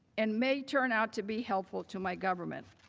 and may turn out to be helpful to my government.